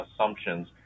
assumptions